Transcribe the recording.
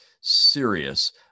serious